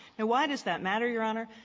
and why does that matter, your honor?